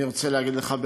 אני רוצה להגיד לך,